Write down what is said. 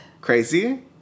Crazy